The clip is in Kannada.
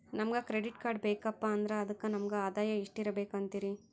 ನಮಗ ಕ್ರೆಡಿಟ್ ಕಾರ್ಡ್ ಬೇಕಪ್ಪ ಅಂದ್ರ ಅದಕ್ಕ ನಮಗ ಆದಾಯ ಎಷ್ಟಿರಬಕು ಅಂತೀರಿ?